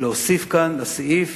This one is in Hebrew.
להוסיף כאן לסעיף